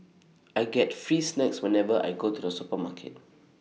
I get free snacks whenever I go to the supermarket